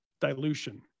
dilution